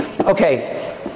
okay